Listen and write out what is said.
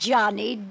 Johnny